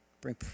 bring